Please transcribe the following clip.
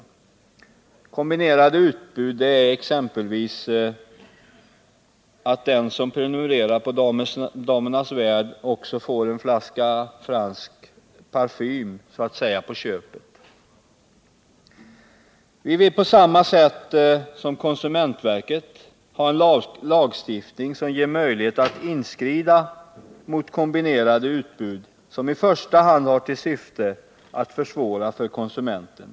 Ett kombinerat utbud är t.ex. att den som prenumererar på Damernas Värld får en flaska fransk parfym så att säga på köpet. Vi vill på samma sätt som konsumentverket ha en lagstiftning som ger möjlighet att inskrida mot kombinerade utbud som i första hand har till syfte att försvåra för konsumenten.